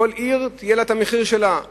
כל עיר יהיה לה המחיר שלה.